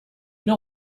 know